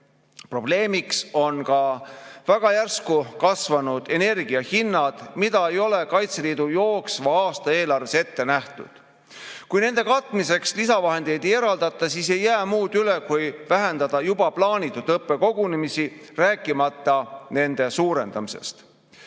Probleemiks on ka väga järsku kasvanud energiahinnad, mida ei ole Kaitseliidu jooksva aasta eelarves ette nähtud. Kui nende katmiseks lisavahendeid ei eraldata, siis ei jää muud üle, kui vähendada juba plaanitud õppekogunemiste arvu, rääkimata selle suurendamisest.